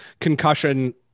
concussion